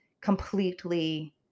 completely